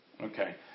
Okay